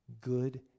good